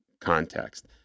context